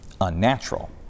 unnatural